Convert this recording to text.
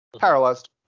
paralyzed